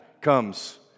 comes